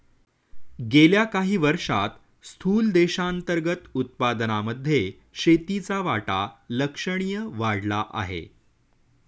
गेल्या काही वर्षांत स्थूल देशांतर्गत उत्पादनामध्ये शेतीचा वाटा लक्षणीय वाढला आहे